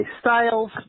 Styles